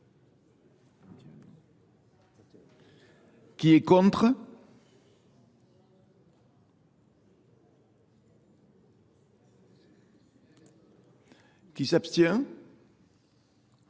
Qui est contre ? Qui s'abstient ?